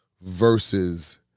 versus